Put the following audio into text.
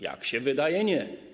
Jak się wydaje, nie.